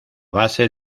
base